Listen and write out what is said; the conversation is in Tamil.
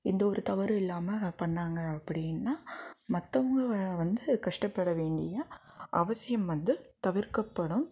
எந்த ஒரு தவறும் இல்லாமல் பண்ணாங்கள் அப்படின்னா மற்றவங்க வந்து கஷ்டப்பட வேண்டிய அவசியம் வந்து தவிர்க்கப்படும்